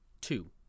two